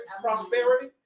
prosperity